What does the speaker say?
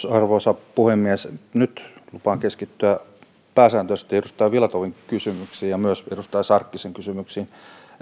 arvoisa puhemies nyt lupaan keskittyä pääsääntöisesti edustaja filatovin kysymyksiin ja myös edustaja sarkkisen kysymyksiin